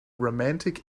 romantic